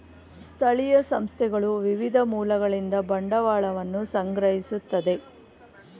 ಸ್ಥಳೀಯ ಸಂಸ್ಥೆಗಳು ವಿವಿಧ ಮೂಲಗಳಿಂದ ಬಂಡವಾಳವನ್ನು ಸಂಗ್ರಹಿಸುತ್ತದೆ